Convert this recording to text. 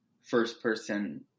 first-person